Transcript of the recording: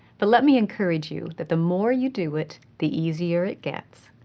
but let me encourage you that the more you do it, the easier it gets.